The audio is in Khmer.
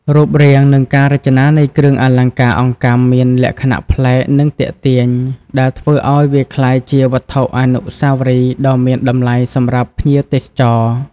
រូបរាង និងការរចនានៃគ្រឿងអលង្ការអង្កាំមានលក្ខណៈប្លែក និងទាក់ទាញ ដែលធ្វើឱ្យវាក្លាយជាវត្ថុអនុស្សាវរីយ៍ដ៏មានតម្លៃសម្រាប់ភ្ញៀវទេសចរ។